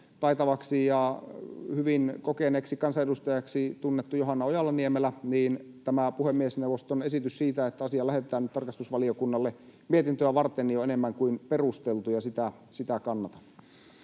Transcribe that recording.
taitavaksi ja hyvin kokeneeksi kansanedustajaksi tunnettu Johanna Ojala-Niemelä, niin tämä puhemiesneuvoston esitys siitä, että asia lähetetään nyt tarkastusvaliokunnalle mietintöä varten, on enemmän kuin perusteltu, ja sitä kannatan.